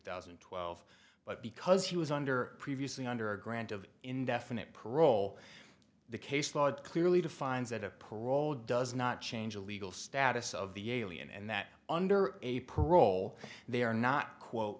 thousand and twelve but because he was under previously under a grant of indefinite parole the caseload clearly defines that a parole does not change the legal status of the alien and that under a parole they are not quote